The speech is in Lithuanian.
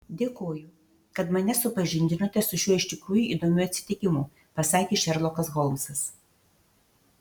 dėkoju kad mane supažindinote su šiuo iš tikrųjų įdomiu atsitikimu pasakė šerlokas holmsas